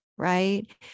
right